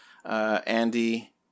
Andy